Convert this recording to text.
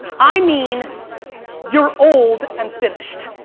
i mean you're old and finished.